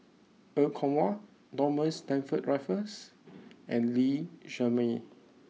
Er Kwong Wah Thomas Stamford Raffles and Lee Shermay